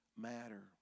matter